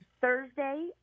thursday